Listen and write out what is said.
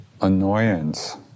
annoyance